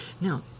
Now